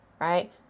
right